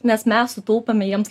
nes mes sutaupėme jiems